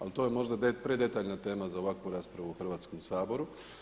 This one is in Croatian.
Ali to je možda predetaljna tema za ovakvu raspravu u Hrvatskom saboru.